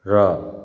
र